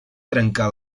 trencà